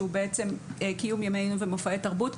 שהוא בעצם "קיום ימי עיון ומופעי תרבות",